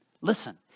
Listen